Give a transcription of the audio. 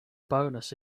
bonus